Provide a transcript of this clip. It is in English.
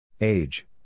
Age